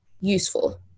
useful